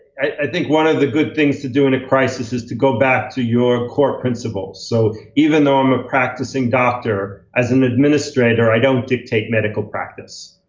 i think one of the good things to do in a crisis is to go back to your core principles. so even though i'm a practicing doctor, as an administrator i don't dictate medical practice.